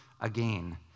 again